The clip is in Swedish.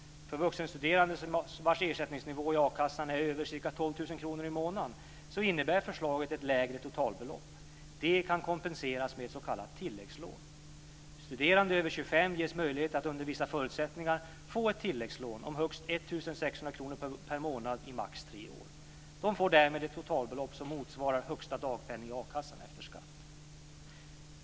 För vuxenstuderande vars ersättningsnivå i a-kassan är över ca 12 000 kr per månad innebär förslaget ett lägre totalbelopp. Det kan kompenseras med ett s.k. tilläggslån. Studerande över 25 år ges möjlighet att under vissa förutsättningar få ett tilläggslån om högst 1 600 kr per månad i max tre år. De får därmed ett totalbelopp som motsvarar högsta dagpenning i akassan efter skatt.